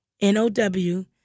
N-O-W